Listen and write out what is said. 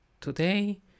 Today